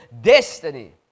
destiny